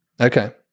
Okay